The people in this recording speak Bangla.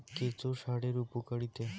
কেঁচো সারের উপকারিতা?